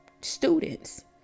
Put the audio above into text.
students